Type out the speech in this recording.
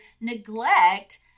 neglect